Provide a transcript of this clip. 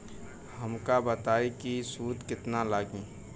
हमका बताई कि सूद केतना लागी?